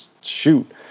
shoot